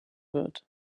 wird